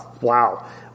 wow